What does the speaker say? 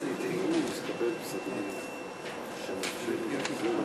גברתי היושבת-ראש, השרה,